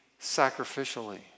sacrificially